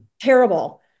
Terrible